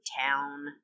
town